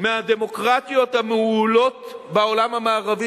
מהדמוקרטיות המעולות בעולם המערבי,